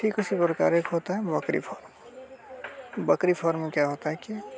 ठीक उसी प्रकार एक होता है बकरी फॉर्म बकरी फ़ोर्म में क्या होता है कि